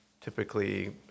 typically